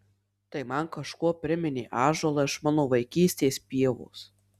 tai man kažkuo priminė ąžuolą iš mano vaikystės pievos